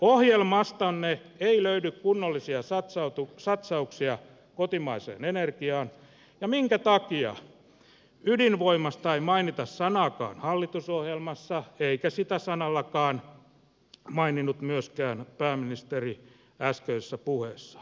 ohjelmastanne ei löydy kunnollisia satsauksia kotimaiseen energiaan ja minkä takia ydinvoimasta ei mainita sanaakaan hallitusohjelmassa eikä sitä sanallakaan maininnut myöskään pääministeri äskeisessä puheessaan